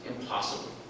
impossible